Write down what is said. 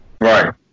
Right